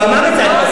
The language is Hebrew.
אז, הוא אמר את זה.